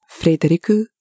Frederico